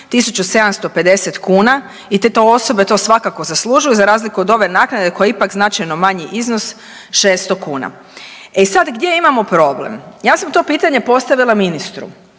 1.750 kuna i to te osobe svakako zaslužuju za razliku od ove naknade koja je ipak značajno manji iznos 600 kuna. E sad gdje imamo problem? Ja sam to pitanje postavila ministru,